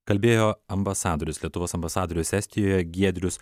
kalbėjo ambasadorius lietuvos ambasadorius estijoje giedrius